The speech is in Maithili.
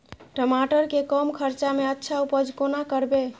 टमाटर के कम खर्चा में अच्छा उपज कोना करबे?